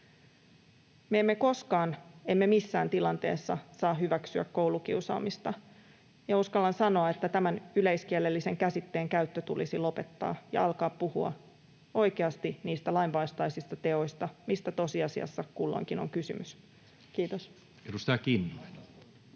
Me emme koskaan, emme missään tilanteessa, saa hyväksyä koulukiusaamista, ja uskallan sanoa, että tämän yleiskielellisen käsitteen käyttö tulisi lopettaa ja alkaa puhua oikeasti niistä lainvastaisista teoista, mistä tosiasiassa kulloinkin on kysymys. — Kiitos. [Speech